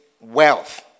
wealth